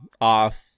off